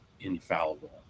infallible